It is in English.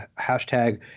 hashtag